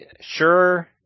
sure